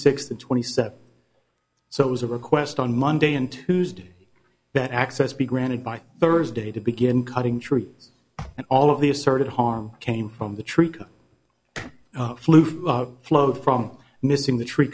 and twenty seven so it was a request on monday and tuesday that access be granted by thursday to begin cutting trees and all of the asserted harm came from the tree flue flowed from missing the tree